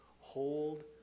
hold